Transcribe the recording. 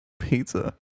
Pizza